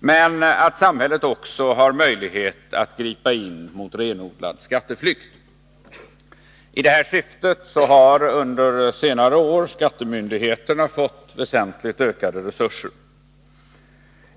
men också att samhället har möjlighet att gripa in mot renodlad skatteflykt. I det syftet har skattemyndigheterna under senare år fått väsentligt ökade resurser.